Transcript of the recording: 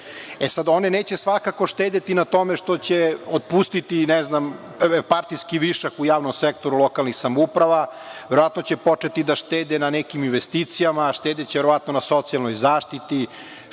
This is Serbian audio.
E sad, one neće svakako štedeti na tome što će otpustiti partijski višak u javnom sektoru lokalnih samouprava. Verovatno će početi da štede na nekim investicijama, štedeće verovatno na socijalnoj zaštiti,